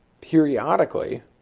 periodically